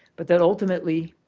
but that ultimately